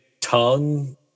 tongue